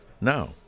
No